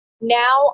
now